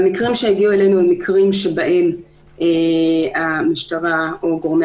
והמקרים שהגיעו אלינו הם מקרים שבהם המשטרה או גורמי